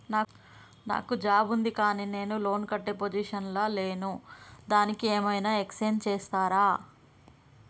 నాకు జాబ్ ఉంది కానీ నేను లోన్ కట్టే పొజిషన్ లా లేను దానికి ఏం ఐనా ఎక్స్క్యూజ్ చేస్తరా?